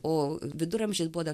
o viduramžiais buvo dar